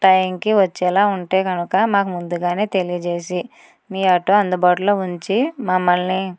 టైంకి వచ్చేలా ఉంటే కనుక మాకు ముందుగానే తెలియజేసి మీ ఆటో అందుబాటులో ఉంచి మమ్మల్ని